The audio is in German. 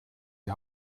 die